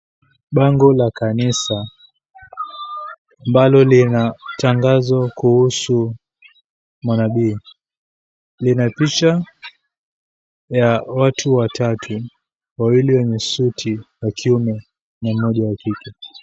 Bango la kanisa ambalo lina tangazo kuhusu mnabii. Lina picha ya watu watatu, wawili wenye suti wa kiume na mmoja wa kike.